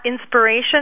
Inspiration